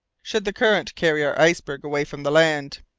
should the current carry our iceberg away from the land.